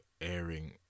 airing